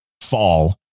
fall